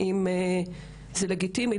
האם זה לגיטימי,